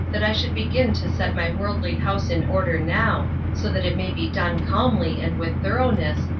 that i should begin to set my worldly house in order now, so that it may be done calmly and with thoroughness,